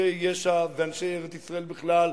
אנשי יש"ע ואנשי ארץ-ישראל בכלל,